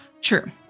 True